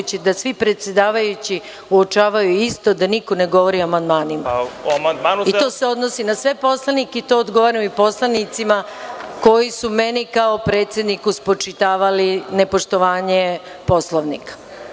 da svi predsedavajući uočavaju isto, da niko ne govori o amandmanima. To se odnosi na sve poslanike i to odgovaram i poslanicima koji su meni, kao predsedniku, spočitavali nepoštovanje Poslovnika. Izvolite,